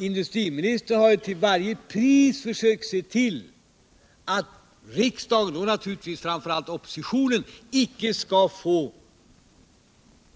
Industriministern har ju försökt att till varje pris se till att riksdagen och naturligtvis framför allt oppositionen icke skall få någon